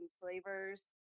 flavors